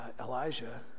Elijah